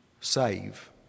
Save